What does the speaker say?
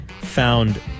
found